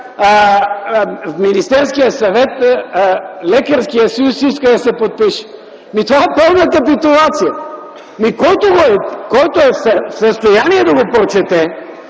в Министерския съвет Лекарският съюз иска да се подпише. Това е пълна капитулация. Който е в състояние да го прочете,